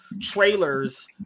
trailers